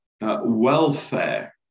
Welfare